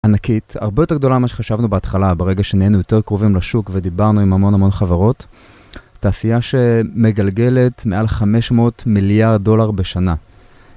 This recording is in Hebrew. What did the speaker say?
ענקית, הרבה יותר גדולה ממה שחשבנו בהתחלה, ברגע שנהיינו יותר קרובים לשוק ודיברנו עם המון המון חברות. תעשייה שמגלגלת מעל 500 מיליארד דולר בשנה.